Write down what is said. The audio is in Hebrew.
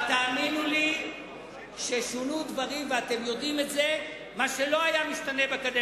אנחנו קבענו שזה ייעשה באישור ועדת